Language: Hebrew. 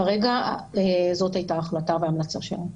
כרגע זאת הייתה ההחלטה וההמלצה שלהם.